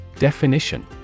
Definition